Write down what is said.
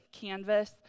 canvas